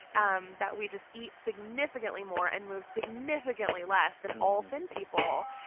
um that we just eat significantly more and move significantly less than all thin people.